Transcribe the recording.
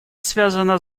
связано